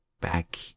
back